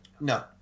No